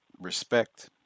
Respect